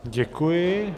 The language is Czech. Děkuji.